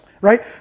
right